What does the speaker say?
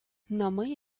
namai